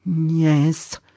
Yes